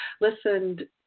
listened